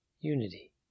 unity